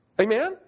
Amen